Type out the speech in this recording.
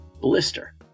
Blister